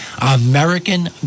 American